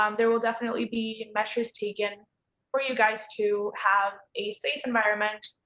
um there will definitely be measures taken for you guys to have a safe environment.